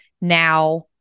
now